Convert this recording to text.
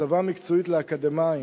הסבה מקצועית לאקדמאים,